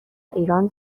ایران